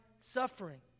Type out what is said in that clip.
suffering